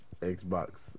Xbox